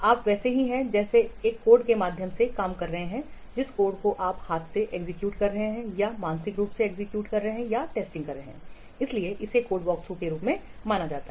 आप वैसे ही हैं जैसे आप एक कोड के माध्यम से काम कर रहे हैं जिस कोड को आप हाथ से एग्जीक्यूशन रहे हैं या आप मानसिक रूप से एग्जीक्यूशन की टेस्टिंग कर रहे हैं इसीलिए इसे कोड वॉकरथ के रूप में जाना जाता है